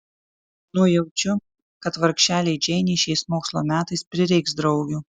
nujaučiu kad vargšelei džeinei šiais mokslo metais prireiks draugių